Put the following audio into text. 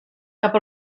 cap